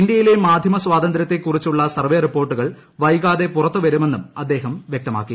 ഇന്ത്യയിലെ മാധ്യമ സ്വാതന്ത്യത്തെ ക്കുറിച്ചുള്ള സർവ്വേ റിപ്പോർട്ടുകൾ വൈകാതെ പുറത്ത് വരുമെന്നും അദ്ദേഹം വ്യക്തമാക്കി